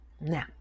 Now